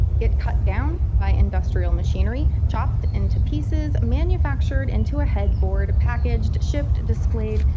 get cut down by industrial machinery, chopped into pieces, manufactured into a headboard, packaged, shipped, displayed,